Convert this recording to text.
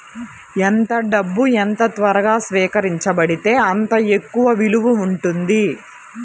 ఎంత డబ్బు ఎంత త్వరగా స్వీకరించబడితే అంత ఎక్కువ విలువ ఉంటుంది